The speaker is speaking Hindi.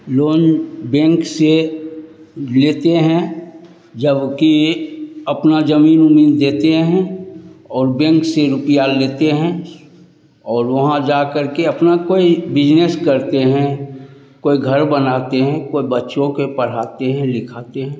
लोन बैंक से लेते हैं जबकि अपना जमीन उमीन देते हैं और बैंक से रूपिया लेते हैं और वहाँ जा करके अपना कोई बिजनेस करते हैं कोई घर बनाते हैं कोई बच्चों के पढ़ाते हैं लिखाते हैं